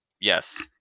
Yes